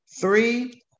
Three